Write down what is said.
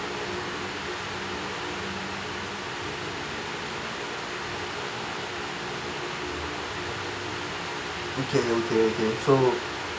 okay okay okay so